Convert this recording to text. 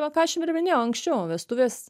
va ką aš jum ir minėjau anksčiau vestuvės